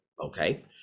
okay